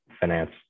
finance